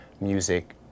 music